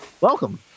Welcome